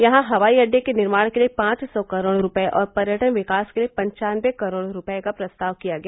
यहां हवाई अड्डे के निर्माण के लिये पांच सौ करोड़ रूपये और पर्यटन विकास के लिए पन्चानवे करोड़ रूपये का प्रस्ताव किया गया